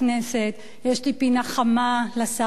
יש לי פינה חמה לשר מתן וילנאי,